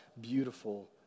beautiful